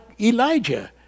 Elijah